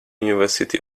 university